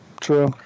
True